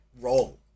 role